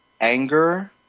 anger